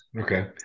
Okay